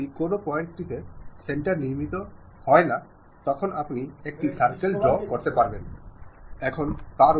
ഒരു ഓർഗനൈസേഷനിൽ ഏത് തരത്തിലുള്ള ആശയവിനിമയമാണ് നടക്കുന്നതെന്ന് മനസിലാക്കേണ്ടത് പരമപ്രധാനമായ കാര്യമാണ്